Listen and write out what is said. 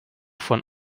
von